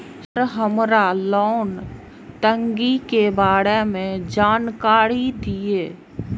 Sir हमरा loan टंगी के बारे में जान कारी धीरे?